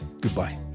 goodbye